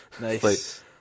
Nice